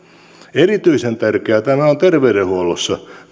erityisen tärkeää tämä on terveydenhuollossa